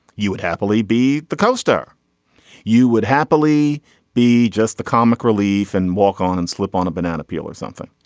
you would happily be the co-star you would happily be just the comic relief and walk on and slip on a banana peel or something.